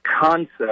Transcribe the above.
concept